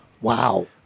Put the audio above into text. Wow